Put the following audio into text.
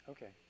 Okay